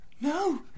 No